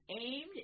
aimed